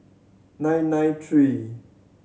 nine nine three